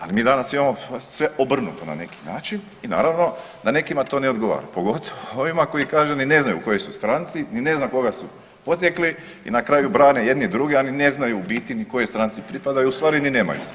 Ali mi danas imamo sve obrnuto na neki način i naravno da nekima to ne odgovara, pogotovo ovima koji kažu ni ne znaju u kojoj su stranci i ne zna koga su … i na kraju brane jedni druge, a ni ne znaju u biti kojoj stranci pripadaju ustvari ni nemaju stranku.